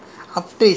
you walk down